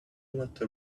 matter